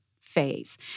phase